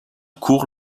court